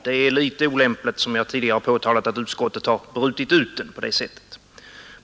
Det är, som jag tidigare har påtalat, litet olämpligt att utskottet har brutit ut frågan på det sätt som skett.